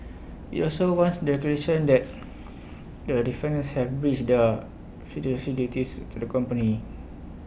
IT also wants declaration that the defendants have breached their fiduciary duties to the company